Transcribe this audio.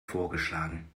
vorgeschlagen